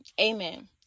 Amen